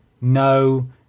no